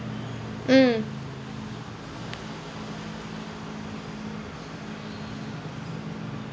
mm